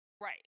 Right